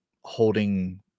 holding